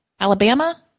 Alabama